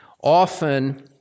Often